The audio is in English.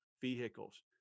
vehicles